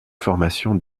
formation